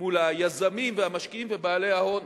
מול היזמים והמשקיעים ובעלי ההון.